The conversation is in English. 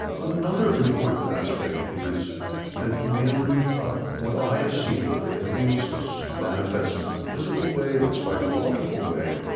another important aspect is that when ah what i have seen, whether the illnesses manifest in a physical way or a psychological way,